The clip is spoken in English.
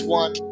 one